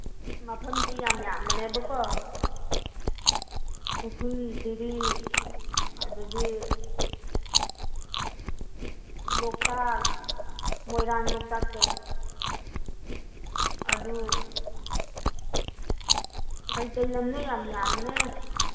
ꯃꯐꯝꯁꯤ ꯌꯥꯝ ꯌꯥꯝꯕꯅꯦꯕꯀꯣ ꯎꯈ꯭ꯔꯨꯜ ꯖꯤꯔꯤ ꯑꯗꯒꯤ ꯂꯣꯛꯇꯥꯛ ꯃꯣꯏꯔꯥꯡ ꯂꯣꯛꯇꯥꯛꯇꯣ ꯑꯗꯨ ꯀꯩꯀꯩ ꯂꯝꯅꯣ ꯌꯥꯝ ꯌꯥꯝꯕꯅꯦ